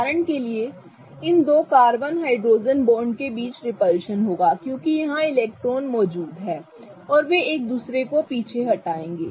उदाहरण के लिए इन दो कार्बन हाइड्रोजन बॉन्ड के बीच रिपल्शन होगा क्योंकि यहां इलेक्ट्रॉन मौजूद हैं और वे एक दूसरे को पीछे हटाएंगे